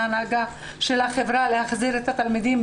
ההנהגה של החברה להחזיר את התלמידים,